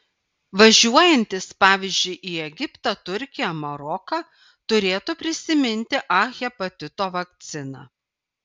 važiuojantys pavyzdžiui į egiptą turkiją maroką turėtų prisiminti a hepatito vakciną